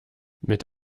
mit